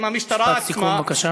משפט סיכום, בבקשה.